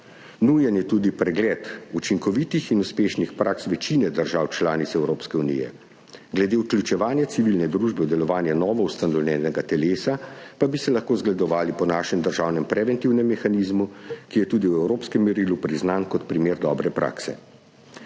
Nujen je tudi pregled učinkovitih in uspešnih praks večine držav članic Evropske unije. Glede vključevanja civilne družbe v delovanje novoustanovljenega telesa pa bi se lahko zgledovali po našem državnem preventivnem mehanizmu, ki je tudi v evropskem merilu priznan kot primer dobre prakse.